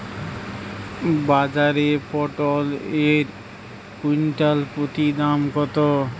বাজারে পটল এর কুইন্টাল প্রতি দাম কত?